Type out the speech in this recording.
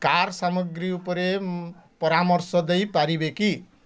car ସାମଗ୍ରୀ ଉପରେ ପରାମର୍ଶ ଦେଇ ପାରିବେ କି